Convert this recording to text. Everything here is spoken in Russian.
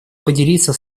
поделиться